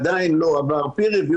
עדיין לא עבר preview,